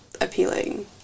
appealing